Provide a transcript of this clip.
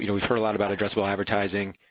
you know we've heard a lot about addressable advertising,